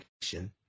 action